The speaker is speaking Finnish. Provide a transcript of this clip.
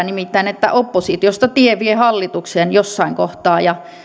nimittäin selvää että oppositiosta tie vie hallitukseen jossain kohtaa ja